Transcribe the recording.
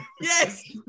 Yes